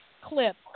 clip